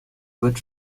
good